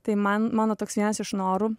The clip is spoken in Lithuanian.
tai man mano toks vienas iš norų